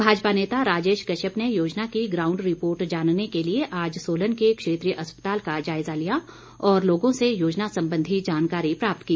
भाजपा नेता राजेश कश्यप ने योजना की ग्राउंड रिपोर्ट जानने के लिए आज सोलन के क्षेत्रीय अस्पताल का जायज़ा लिया और लोगों से योजना संबंधी जानकारी प्राप्त की